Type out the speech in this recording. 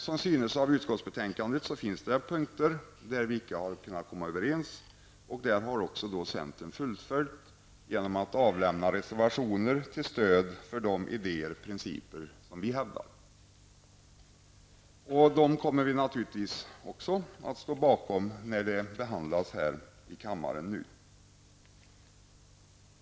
Som synes av utskottsbetänkandet finns det också punkter där vi icke har kunnat komma överens. Centern har fullföljt detta genom att till betänkandet foga reservationer till stöd för de idéer och principer vi hävdar. Vi kommer naturligtvis att stå bakom dessa också när ärendet nu behandlas här i kammaren.